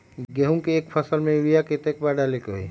गेंहू के एक फसल में यूरिया केतना बार डाले के होई?